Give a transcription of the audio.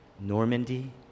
Normandy